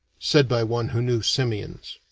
said by one who knew simians.